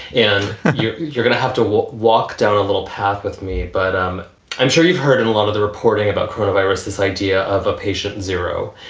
yeah you're you're going to have to walk walk down a little path with me. but um i'm sure you've heard and a lot of the reporting about corona virus, this idea of a patient zero.